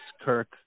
Kirk